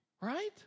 Right